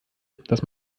dass